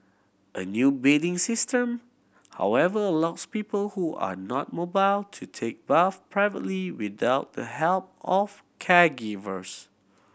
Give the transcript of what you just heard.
a new bathing system however allows people who are not mobile to take bath privately without the help of caregivers